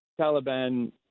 Taliban